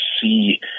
see